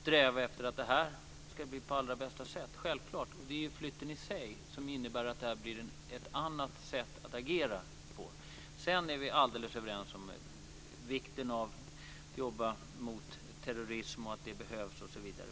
sträva efter att det här ska ske på allra bästa sätt. Det är självklart. Det är flytten i sig som innebär att det blir ett annat sätt att agera på. Sedan är vi alldeles överens om vikten av att jobba mot terrorism, att det behövs osv.